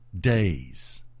days